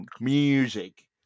music